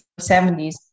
70s